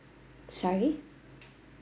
sorry